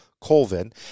Colvin